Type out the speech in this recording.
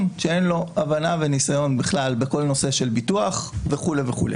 שאין לו הבנה וניסיון בכלל בכל נושא של ביטוח וכו'.